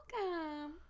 welcome